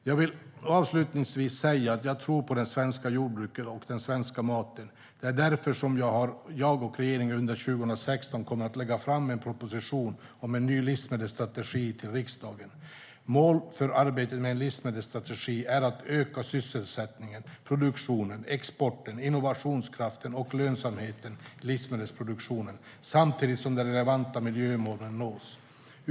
Jag vill avslutningsvis säga att jag tror på det svenska jordbruket och den svenska maten. Det är därför som jag och regeringen under 2016 kommer att lägga fram en proposition om en ny livsmedelsstrategi till riksdagen. Mål för arbetet med en livsmedelsstrategi är att öka sysselsättningen, produktionen, exporten, innovationskraften och lönsamheten i livsmedelsproduktionen samtidigt som de relevanta miljömålen nås.